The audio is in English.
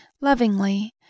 lovingly